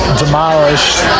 demolished